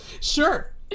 sure